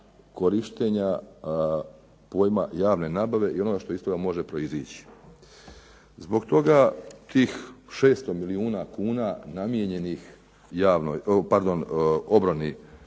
korištenja pojma javne nabave i onoga što iz toga može proizići. Zbog toga tih 600 milijuna kuna namijenjenih obrani